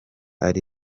ari